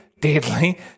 deadly